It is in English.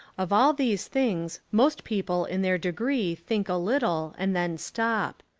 of all these things most people in their degree think a little and then stop.